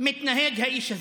מתנהג האיש הזה?